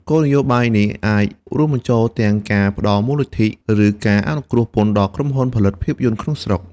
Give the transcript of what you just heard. គោលនយោបាយនេះអាចរួមបញ្ចូលទាំងការផ្តល់មូលនិធិ ឬការអនុគ្រោះពន្ធដល់ក្រុមហ៊ុនផលិតភាពយន្តក្នុងស្រុក។